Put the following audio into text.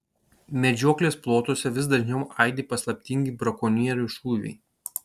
medžioklės plotuose vis dažniau aidi paslaptingi brakonierių šūviai